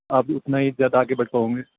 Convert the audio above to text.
आप उतना ही ज़्यादा आगे बढ़ पाओगे